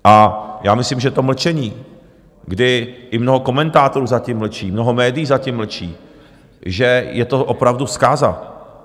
A já myslím, že to mlčení, kdy i mnoho komentátorů zatím mlčí, mnoho médií zatím mlčí, že je to opravdu zkáza.